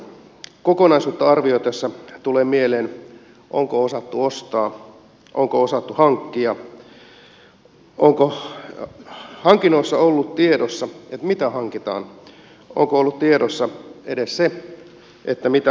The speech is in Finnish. kokonaisuutta arvioitaessa tulee mieleen onko osattu ostaa onko osattu hankkia onko hankinnoissa ollut tiedossa mitä hankitaan onko ollut tiedossa edes se mitä halutaan